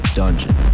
dungeon